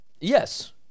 Yes